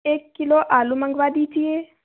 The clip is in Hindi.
एक किलो आलू मंगवा दीजिए